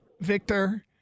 Victor